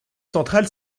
central